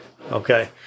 Okay